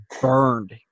burned